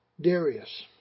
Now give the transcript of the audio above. Darius